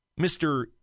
Mr